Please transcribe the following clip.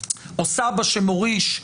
ברשותך.